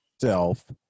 self